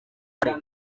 kare